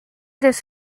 des